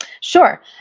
Sure